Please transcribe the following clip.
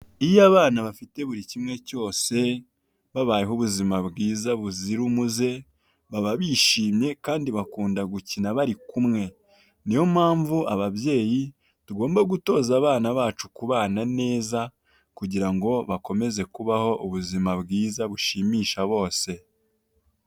Iyo abana bafite buri kimwe cyose, babayeho ubuzima bwiza buzira umuze. Baba bishimye kandi bakunda gukina bari kumwe. Ni yo mpamvu ababyeyi tugomba gutoza abana bacu kubana neza, kugira ngo bakomeze kubaho ubuzima bwiza bushimisha bose.